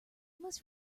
must